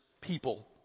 people